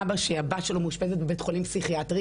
אבא שהבת שלו מאושפזת בבית חולים פסיכיאטרי,